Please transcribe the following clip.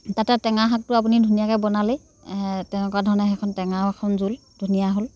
তাতে টেঙা শাকটো আপুনি ধুনীয়াকৈ বনালেই তেনেকুৱা ধৰণে সেইখন টেঙাৰ এখন জোল ধুনীয়া হ'ল